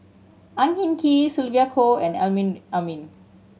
Ang Hin Kee Sylvia Kho and Amrin Amin